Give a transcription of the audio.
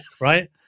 right